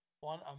one